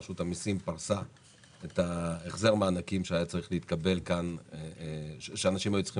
רשות המסים פרסה את החזר המענקים שאנשים היו צריכים